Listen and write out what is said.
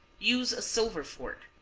use a silver fork.